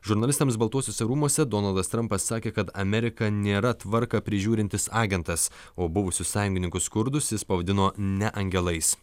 žurnalistams baltuosiuose rūmuose donaldas trampas sakė kad amerika nėra tvarką prižiūrintis agentas o buvusius sąjungininkus kurdus jis pavadino ne angelais